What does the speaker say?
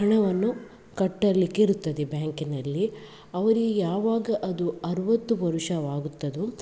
ಹಣವನ್ನು ಕಟ್ಟಲಿಕ್ಕಿರುತ್ತದೆ ಬ್ಯಾಂಕಿನಲ್ಲಿ ಅವ್ರಿಗೆ ಯಾವಾಗ ಅದು ಅರವತ್ತು ವರುಷವಾಗುತ್ತದೊ